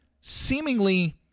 seemingly